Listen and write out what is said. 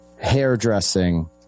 hairdressing